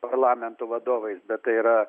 parlamentų vadovais bet tai yra